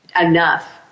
Enough